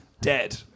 dead